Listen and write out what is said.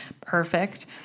perfect